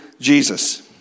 Jesus